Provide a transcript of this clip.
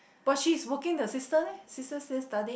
but she is working her sister leh sister still studying